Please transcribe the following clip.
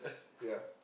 s~ ya